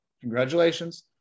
Congratulations